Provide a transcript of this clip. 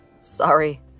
Sorry